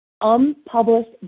Unpublished